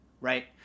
right